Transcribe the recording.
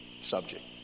subject